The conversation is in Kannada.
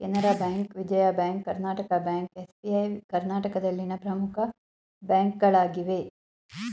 Canara bank, Vijaya bank, Karnataka bank, SBI ಕರ್ನಾಟಕದಲ್ಲಿನ ಪ್ರಮುಖ ಬ್ಯಾಂಕ್ಗಳಾಗಿವೆ